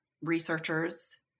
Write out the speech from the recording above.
researchers